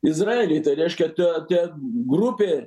izraelį reiškia tie tie grupė